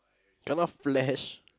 kena flash